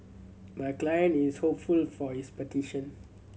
my client is hopeful for his petition